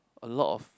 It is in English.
a lot of